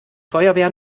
feuerwehr